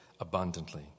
abundantly